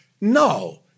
no